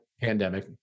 pandemic